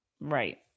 Right